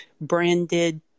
branded